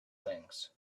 things